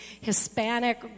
Hispanic